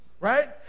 Right